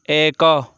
ଏକ